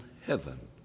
heaven